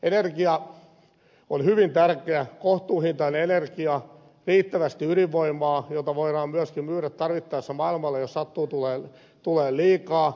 energia on hyvin tärkeä kohtuuhintainen energia riittävästi ydinvoimaa jota voidaan myöskin myydä tarvittaessa maailmalle jos sitä sattuu tulemaan liikaa